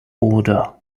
order